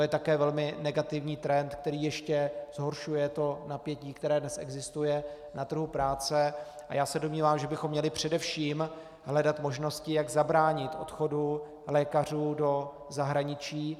To je také velmi negativní trend, který ještě zhoršuje napětí, které dnes existuje na trhu práce, a já se domnívám, že bychom měli především hledat možnosti, jak zabránit odchodu lékařů do zahraničí.